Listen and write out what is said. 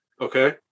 Okay